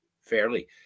fairly